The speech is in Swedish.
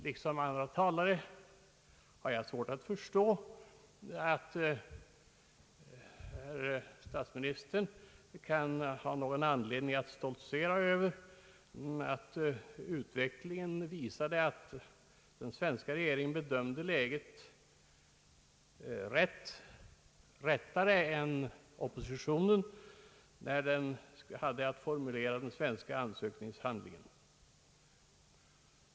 Liksom andra talare har jag också svårt förstå statsministerns stoltserande över att utvecklingen skulle visat att den svenska regeringen bedömde läget bättre än oppositionen, när den svenska ansökningshandlingen skulle formuleras.